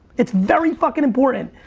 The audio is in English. it's very fucking important.